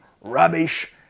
rubbish